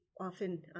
often